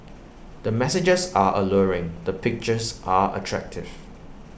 the messages are alluring the pictures are attractive